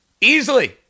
easily